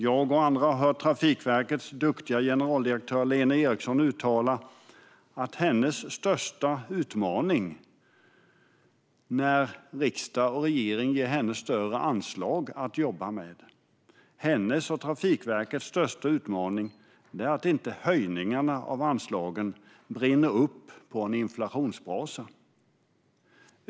Jag och andra har hört Trafikverkets duktiga generaldirektör Lena Erixon uttala att hennes och Trafikverkets största utmaning när riksdag och regering ger dem större anslag att jobba med är att höjningarna av anslagen inte ska brinna upp på en inflationsbrasa.